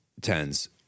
tens